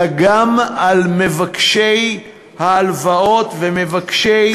אלא גם על מבקשי ההלוואות ומבקשי,